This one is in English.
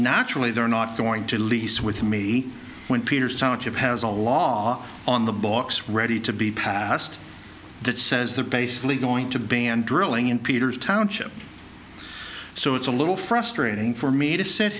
naturally they're not going to lease with me when peter so much of has a law on the books ready to be passed that says they're basically going to ban drilling in peter's township so it's a little frustrating for me to sit